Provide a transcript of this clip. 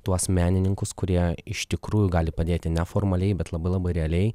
tuos menininkus kurie iš tikrųjų gali padėti neformaliai bet labai labai realiai